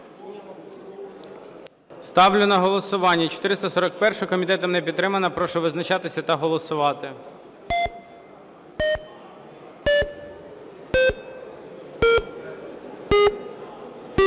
Ставлю на голосування 462 правку. Комітетом не підтримана. Прошу визначатися та голосувати.